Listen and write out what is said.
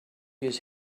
his